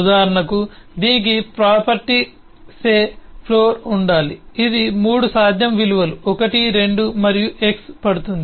ఉదాహరణకు దీనికి ప్రాపర్టీ సే ఫ్లోర్ ఉండాలి ఇది 3 సాధ్యం విలువలు 12 మరియు x పడుతుంది